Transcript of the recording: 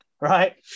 Right